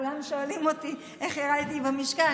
כולם שואלים אותי איך ירדתי במשקל.